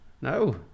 No